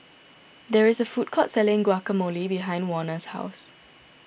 there is a food court selling Guacamole behind Warner's house